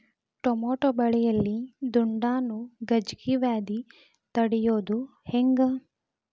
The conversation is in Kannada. ಟಮಾಟೋ ಬೆಳೆಯಲ್ಲಿ ದುಂಡಾಣು ಗಜ್ಗಿ ವ್ಯಾಧಿ ತಡಿಯೊದ ಹೆಂಗ್?